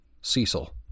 Cecil